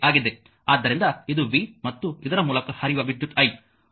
ಆದ್ದರಿಂದ ಇದು v ಮತ್ತು ಇದರ ಮೂಲಕ ಹರಿಯುವ ವಿದ್ಯುತ್ i